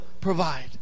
provide